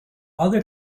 other